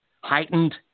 heightened